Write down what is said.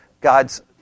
God's